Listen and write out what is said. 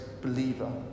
believer